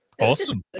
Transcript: Awesome